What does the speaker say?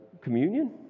communion